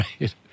Right